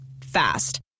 Fast